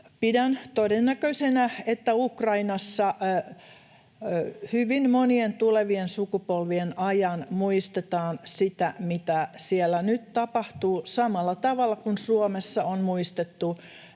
Pidän todennäköisenä, että Ukrainassa hyvin monien tulevien sukupolvien ajan muistetaan sitä, mitä siellä nyt tapahtuu, samalla tavalla kuin Suomessa on muistettu